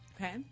Okay